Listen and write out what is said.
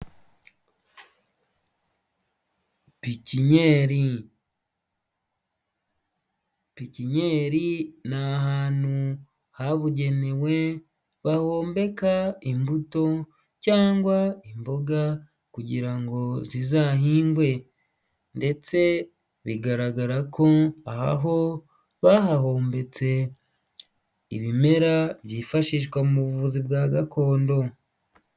Pikinyeri, pikinyeri ni ahantu habugenewe bahombeka imbuto cyangwa imboga kugira ngo zizahingwe ndetse bigaragara ko aha ho bahahombetse ibimera byifashishwa mu buvuzi bwa gakondo.